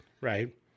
Right